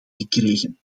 gekregen